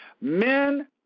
Men